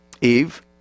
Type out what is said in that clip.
Eve